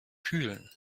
kühlen